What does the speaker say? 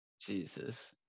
jesus